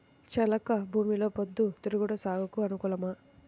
చెలక భూమిలో పొద్దు తిరుగుడు సాగుకు అనుకూలమా?